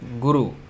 guru